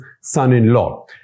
son-in-law